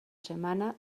setmana